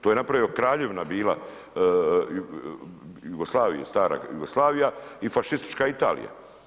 To je napravio, kraljevina bila Jugoslavija, stara Jugoslavija i fašistička Italija.